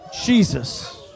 Jesus